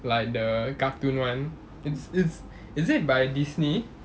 like the cartoon [one] it's it's is it by Disney